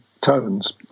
tones